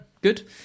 good